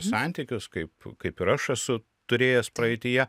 santykius kaip kaip ir aš esu turėjęs praeityje